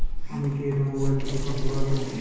আমি কি এটা মোবাইল থেকে করতে পারবো?